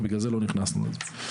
ובגלל זה לא נכנסו לזה.